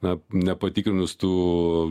na nepatikrinus tų